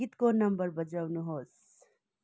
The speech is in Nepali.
गीतको नम्बर बजाउनुहोस्